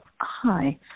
Hi